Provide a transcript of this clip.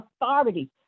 authority